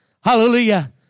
Hallelujah